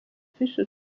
fussent